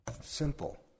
Simple